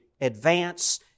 advance